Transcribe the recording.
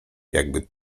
jakby